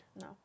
No